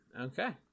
Okay